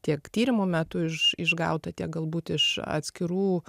tiek tyrimų metu iš išgautą tiek galbūt iš atskirų